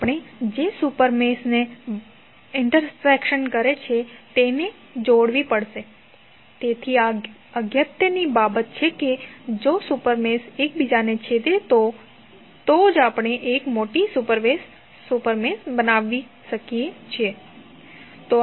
આપણે જે super mesh છેદે છે તેને જોડવી પડશે તેથી આ અગત્યની બાબત છે કે જો બે સુપર મેશ એકબીજાને છેદે તો જ આપણે એક મોટી સુપર મેશ બનાવી શકીએ છીએ